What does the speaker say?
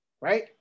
right